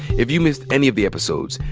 if you missed any of the episodes,